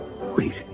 Wait